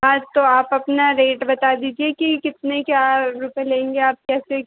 हाँ तो आप अपना रेट बता दीजिए कि कितने क्या रुपये लेंगे आप कैसे